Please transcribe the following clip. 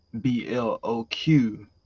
b-l-o-q